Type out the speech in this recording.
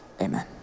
amen